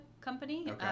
company